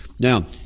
Now